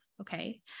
Okay